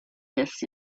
this